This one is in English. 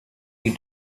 you